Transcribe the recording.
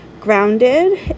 grounded